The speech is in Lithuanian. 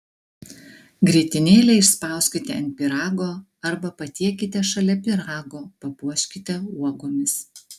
grietinėlę išspauskite ant pyrago arba patiekite šalia pyrago papuoškite uogomis